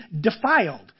defiled